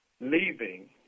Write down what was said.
leaving